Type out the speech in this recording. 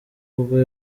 ubwo